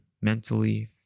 mentally